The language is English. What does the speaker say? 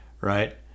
right